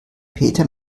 peter